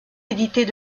éditées